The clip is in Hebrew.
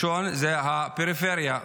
זה הפריפריה,